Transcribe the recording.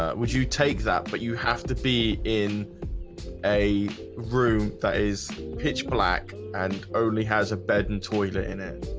ah would you take that but you have to be in a room that is pitch black and only has a bed and toilet in it